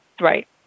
Right